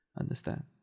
Understand